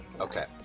Okay